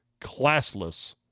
classless